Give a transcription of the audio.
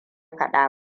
fada